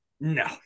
No